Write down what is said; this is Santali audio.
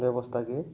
ᱵᱮᱵᱚᱥᱛᱷᱟ ᱜᱮ